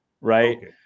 right